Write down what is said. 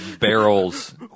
barrels